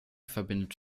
verbindet